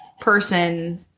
person